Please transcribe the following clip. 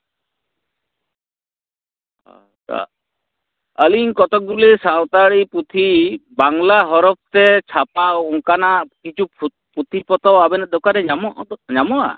ᱟᱪᱪᱷᱟ ᱟᱹᱞᱤᱧ ᱠᱚᱛᱚᱠ ᱜᱩᱞᱟᱹ ᱥᱟᱱᱛᱟᱲᱤ ᱯᱩᱛᱷᱤ ᱵᱟᱝᱞᱟ ᱦᱚᱨᱚᱯ ᱛᱮ ᱪᱷᱟᱯᱟ ᱚᱱᱠᱟᱱᱟᱜ ᱠᱤᱪᱷᱩ ᱯᱩᱛᱷᱤ ᱯᱚᱛᱚᱵ ᱟᱵᱮᱱᱟᱜ ᱫᱚᱠᱟᱱ ᱨᱮ ᱧᱟᱢᱚᱜᱼᱟ